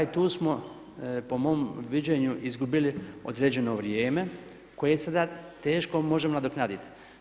I tu smo po mom viđenju izgubili određeno vrijeme koje sada teško možemo nadoknaditi.